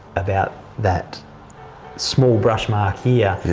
about that small brush mark here, yeah.